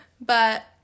but-